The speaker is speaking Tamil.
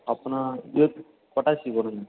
அப்படின்னா பொட்டாஷியம் போடுங்கள்